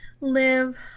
live